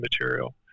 material